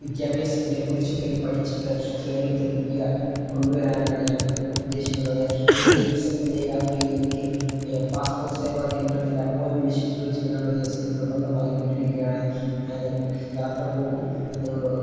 വിദ്യാഭ്യാസത്തിനെ കുറിച്ചൊക്കെയും പഠിച്ചിട്ട് കേരളത്തിൽ പുതിയ കൊണ്ടുവരാനാണ് ഞാൻ ഉദ്ദേശിക്കുന്നത് ഏഴ് ദിവസത്തിൻ്റെ യാത്രയിൽ എനിക്ക് പാസ്പോർട്ട് സേവാ കേന്ദ്രത്തിൻ്റെ അപ്പോയിൻമെൻറ്റ്റ് ഷെഡ്യൂൾ ചെയ്യാനുള്ള ദിവസം നിർബന്ധമായി കൊണ്ടിരിക്കയാണ് ഞാൻ യാത്ര പോകും അത്